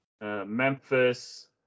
Memphis